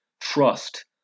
Trust